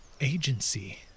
agency